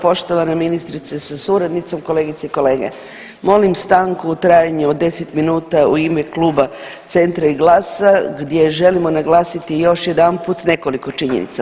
Poštovana ministre sa suradnicom, kolegice i kolege, molim stanku u trajanju od 10 minuta u ime Kluba Centra i GLAS-a gdje želimo naglasiti još jedanput nekoliko činjenica.